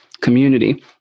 community